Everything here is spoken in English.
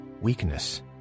weakness